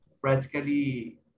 practically